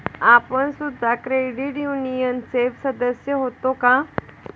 आपण सुद्धा क्रेडिट युनियनचे सदस्य होता का?